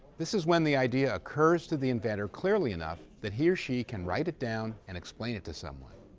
this is when the idea occurs to the inventor clearly enough that he or she can write it down and explain it to someone.